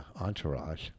entourage